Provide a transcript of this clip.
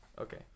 Okay